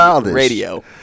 Radio